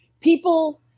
people –